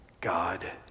God